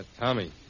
Tommy